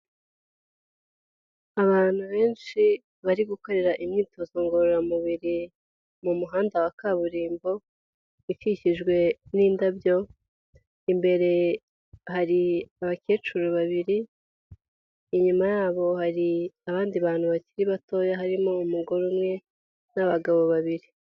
Abantu benshi bari gukorera imyitozo ngororamubiri mu muhanda wa kaburimbo ukikijwe n'indabyo, imbere hari abakecuru babiri inyuma yabo hari abandi bantu bakiri batoya harimo umugore umwe n'abagabo babiri.